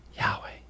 Yahweh